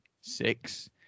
six